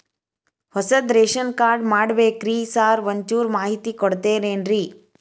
ಹೊಸದ್ ration card ಮಾಡ್ಬೇಕ್ರಿ sir ಒಂಚೂರ್ ಮಾಹಿತಿ ಕೊಡ್ತೇರೆನ್ರಿ?